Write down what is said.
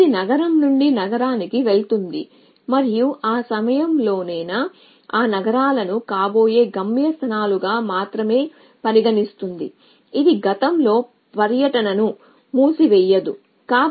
ఇది నగరం నుండి నగరానికి వెళుతుంది మరియు ఏ సమయంలోనైనా ఆ నగరాలను కాబోయే గమ్యస్థానాలుగా మాత్రమే పరిగణిస్తుంది ఇది గతంలో పర్యటనను మూసివేయదు సమయం చూడండి 5524